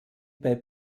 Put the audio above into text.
bei